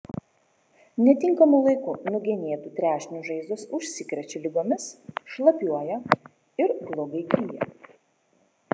netinkamu laiku nugenėtų trešnių žaizdos užsikrečia ligomis šlapiuoja ir blogai gyja